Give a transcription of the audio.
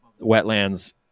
wetlands